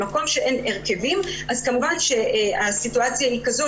במקום שאין הרכבים אז כמובן שהסיטואציה היא כזו